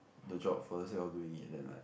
the job for the sake of doing it then like